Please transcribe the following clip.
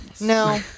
No